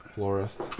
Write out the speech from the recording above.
Florist